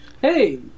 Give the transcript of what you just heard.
hey